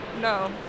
no